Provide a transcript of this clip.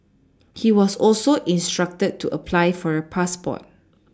he was also instructed to apply for a passport